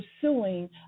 pursuing